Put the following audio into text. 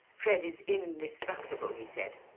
fred is indestructible he said.